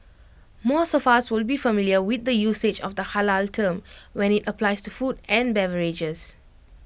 most of us will be familiar with the usage of the Halal term when IT applies to food and beverages